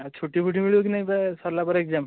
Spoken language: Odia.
ଆଉ ଛୁଟି ଫୁଟି ମିଳିବ କି ନାହିଁ ସରିଲା ପରେ ଏକ୍ଜାମ୍